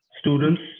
students